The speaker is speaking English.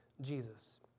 Jesus